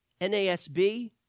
NASB